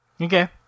Okay